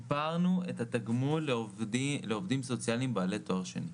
שיפרנו את התגמול לעובדים סוציאליים בעלי תואר שני.